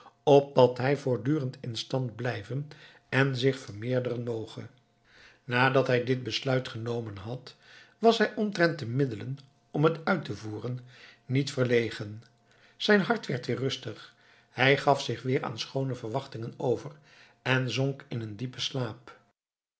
opdat hij voortdurend in stand blijven en zich vermeerderen moge nadat hij dit besluit genomen had was hij omtrent de middelen om het uit te voeren niet verlegen zijn hart werd weer rustig hij gaf zich weer aan schoone verwachtingen over en zonk in een diepen slaap